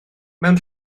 mewn